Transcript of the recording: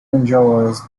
enjoys